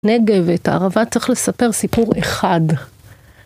נגב, את הערבה צריך לספר סיפור אחד.